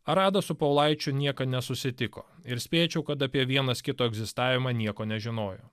aradas su povilaičiu niekad nesusitiko ir spėčiau kad apie vienas kito egzistavimą nieko nežinojo